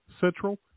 central